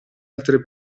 altre